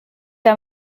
der